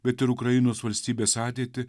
bet ir ukrainos valstybės ateitį